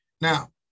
Now